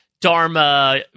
dharma